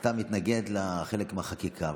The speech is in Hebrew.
אתה מתנגד לחלק מהחקיקה,